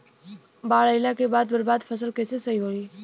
बाढ़ आइला के बाद बर्बाद फसल कैसे सही होयी?